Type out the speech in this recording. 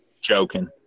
Joking